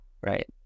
right